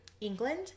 england